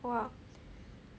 !wah!